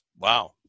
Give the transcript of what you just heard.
Wow